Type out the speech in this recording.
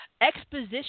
Exposition